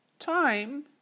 Time